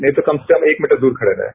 नहीं तो कम से कम एक मीटर दूर खड़े रहें